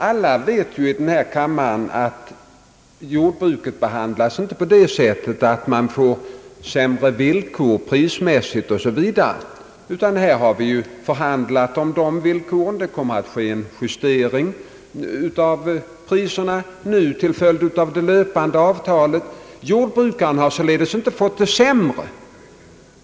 Alla i denna kammare vet ju att jordbruket inte behandlas så att man efterhand får sämre villkor prismässigt och i andra avseenden. Vi förhandlar ju om dessa villkor. Det kommer att bli en justering av priserna även i år till följd av det löpande avtalet. Jordbrukaren har således inte fått det sämre.